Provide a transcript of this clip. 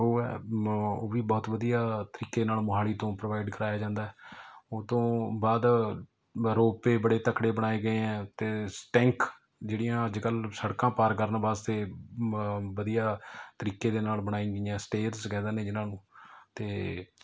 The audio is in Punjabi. ਉਹ ਹੈ ਮ ਉਹ ਵੀ ਬਹੁਤ ਵਧੀਆ ਤਰੀਕੇ ਨਾਲ ਮੋਹਾਲੀ ਤੋਂ ਪ੍ਰੋਵਾਈਡ ਕਰਵਾਇਆ ਜਾਂਦਾ ਉਹ ਤੋਂ ਬਾਅਦ ਬ ਰੋਪੇ ਬੜੇ ਤਕੜੇ ਬਣਾਏ ਗਏ ਹੈ ਅਤੇ ਟੈਂਕ ਜਿਹੜੀਆਂ ਅੱਜ ਕੱਲ੍ਹ ਸੜਕਾਂ ਪਾਰ ਕਰਨ ਵਾਸਤੇ ਮ ਵਧੀਆ ਤਰੀਕੇ ਦੇ ਨਾਲ ਬਣਾਈ ਗਈਆਂ ਸਟੇਅਰਸ ਕਹਿ ਦਿੰਦੇ ਨੇ ਜਿਨ੍ਹਾਂ ਨੂੰ ਅਤੇ